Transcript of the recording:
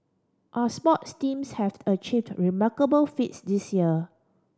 our sports teams have achieved remarkable feats this year